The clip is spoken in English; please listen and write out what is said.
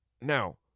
Now